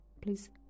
Please